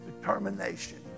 determination